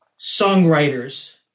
songwriters